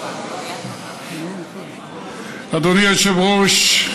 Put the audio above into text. אדוני היושב-ראש,